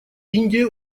индия